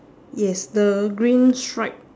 yes the green stripe